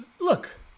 look